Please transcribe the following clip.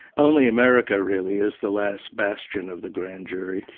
only america really is the last bastion of the grand jury.